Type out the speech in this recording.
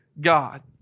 God